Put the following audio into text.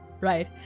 right